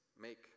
make